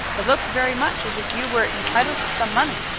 it looks very much as if you were entitled to some money.